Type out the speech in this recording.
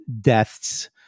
deaths